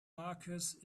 marcus